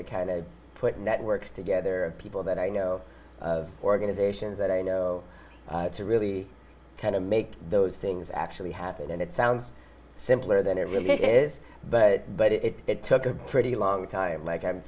to kind of put networks together people that i know of organizations that i know to really kind of make those things actually happen and it sounds simpler than it really is but but it it took a pretty long time like i